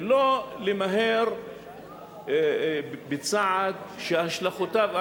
ולא למהר בצעד שהשלכותיו,